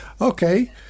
okay